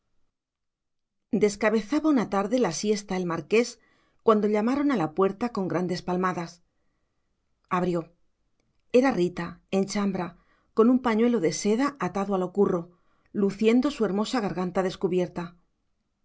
descabezaba una tarde la siesta el marqués cuando llamaron a la puerta con grandes palmadas abrió era rita en chambra con un pañuelo de seda atado a lo curro luciendo su hermosa garganta descubierta